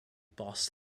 boss